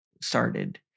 started